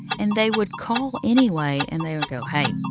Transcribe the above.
and they would call anyway. and they would go, hey,